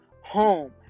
Home